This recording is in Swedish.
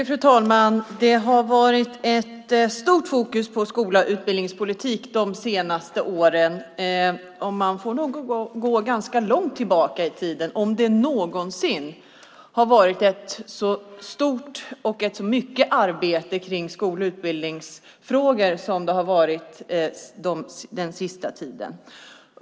Fru talman! Det har varit stort fokus på skola och utbildningspolitik de senaste åren. Det är nog ganska länge sedan - om någonsin - det var ett så stort arbete kring skol och utbildningsfrågor som det har varit den senaste tiden.